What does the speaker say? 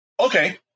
Okay